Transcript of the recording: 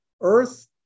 Earth